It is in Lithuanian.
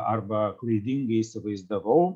arba klaidingai įsivaizdavau